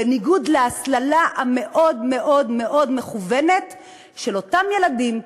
בניגוד להסללה המאוד-מאוד-מאוד מכוונת של אותם ילדים,